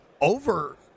over